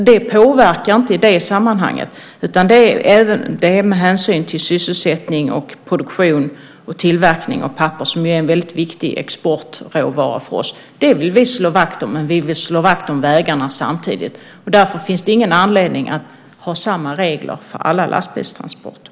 Det påverkar inte i det sammanhanget, utan det är med hänsyn till sysselsättning, produktion och tillverkning av papper som är en väldigt viktig exportråvara för oss. Det vill vi slå vakt om, men vi vill slå vakt om vägarna samtidigt. Därför finns det ingen anledning att ha samma regler för alla lastbilstransporter.